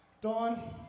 Dawn